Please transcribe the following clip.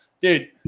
Dude